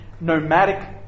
nomadic